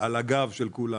על הגב של כולנו.